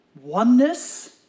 oneness